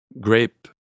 grape